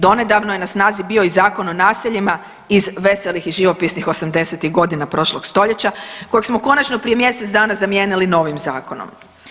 Donedavno je na snazi bio i Zakon o naseljima iz veselih i živopisnih '80.-ih godina prošlog stoljeća kojeg smo konačno prije mjesec dana zamijenili novim zakonom.